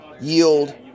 yield